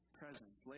presence